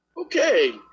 okay